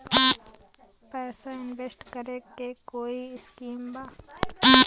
पैसा इंवेस्ट करे के कोई स्कीम बा?